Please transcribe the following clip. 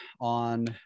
on